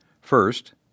First